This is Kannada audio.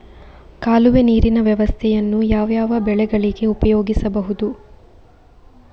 ಕಾಲುವೆ ನೀರಿನ ವ್ಯವಸ್ಥೆಯನ್ನು ಯಾವ್ಯಾವ ಬೆಳೆಗಳಿಗೆ ಉಪಯೋಗಿಸಬಹುದು?